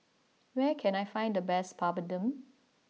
where can I find the best Papadum